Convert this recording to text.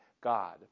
God